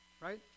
Right